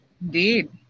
Indeed